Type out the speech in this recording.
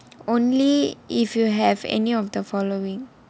only if you have any of the following